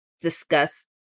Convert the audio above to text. discuss